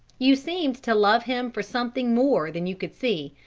you seemed to love him for something more than you could see,